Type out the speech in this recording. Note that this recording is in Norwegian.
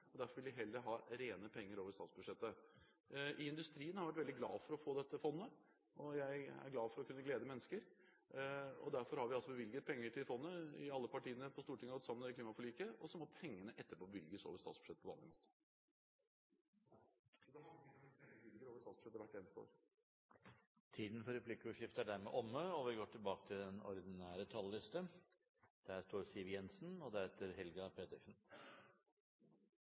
og derfor ville de heller ha rene penger over statsbudsjettet. Industrien har vært veldig glad for å få dette fondet, og jeg er glad for å kunne glede mennesker. Derfor har vi bevilget penger til fondet. Alle partiene på Stortinget har gått sammen om klimaforliket, og så må pengene bevilges etterpå over statsbudsjettet på vanlig måte. Så det handler egentlig om hvor mye vi bevilger over statsbudsjettet hvert eneste år. Replikkordskiftet er dermed omme. Mye er bra i Norge, det tror jeg vi alle er enige om. Men det er også en del ting det er grunn til